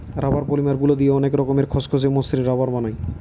rubber polymer গুলা দিয়ে অনেক রকমের খসখসে, মসৃণ রাবার বানায়